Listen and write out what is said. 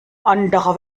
anderer